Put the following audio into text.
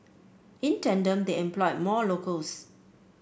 in tandem they employed more locals